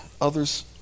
others